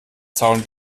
zaun